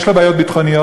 יש לה בעיות ביטחוניות,